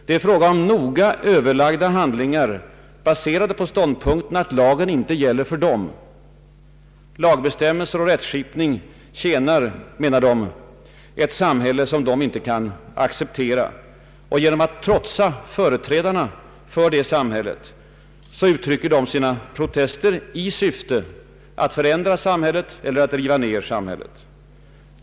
Det är fråga om noga Överlagda handlingar baserade på ståndpunkten att lagen inte gäller för dem. Lagbestämmelser och rättsskip ning tjänar — menar de — ett samhälle som de inte kan acceptera. Genom att trotsa företrädarna för detta samhälle uttrycker de sina protester i syfte att förändra eller riva ned samhället.